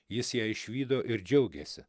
jis ją išvydo ir džiaugėsi